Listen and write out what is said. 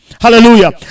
Hallelujah